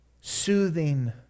soothing